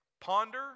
ponder